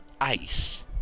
Ice